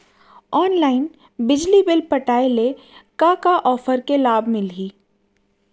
Online बिजली bill पटाय ले का का ऑफ़र के लाभ मिलही?